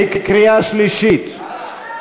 בקריאה שלישית.